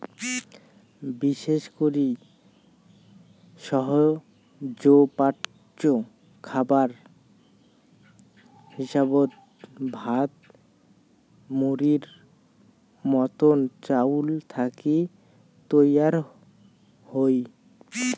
বিশেষ করি সহজপাচ্য খাবার হিসাবত ভাত, মুড়ির মতন চাউল থাকি তৈয়ার হই